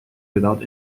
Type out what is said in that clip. without